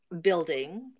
building